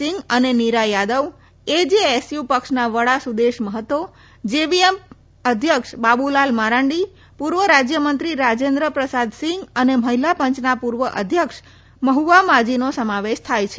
સિંગ અને નીરા યાદવ એજેએસયુ પક્ષના વડા સુદેશ મહતો જેવીએમ અધ્યક્ષ બાબુલાલ મારાંડી પૂર્વ રાજ્યમંત્રી રાજેન્દ્ર પ્રસાદસિંગ અને મહિલા પંચના પૂર્વ અધ્યક્ષ મહવા માજીનો સમાવેશ થાય છે